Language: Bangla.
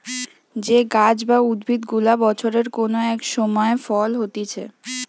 যে গাছ বা উদ্ভিদ গুলা বছরের কোন এক সময় ফল হতিছে